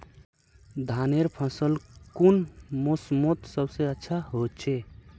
धानेर फसल कुन मोसमोत सबसे अच्छा होचे?